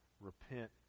repent